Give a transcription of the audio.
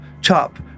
chop